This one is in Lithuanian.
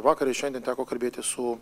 vakar ir šiandien teko kalbėtis su